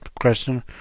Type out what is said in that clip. question